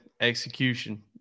execution